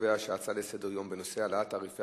אני קובע שההצעה לסדר-היום בנושא: העלאת תעריפי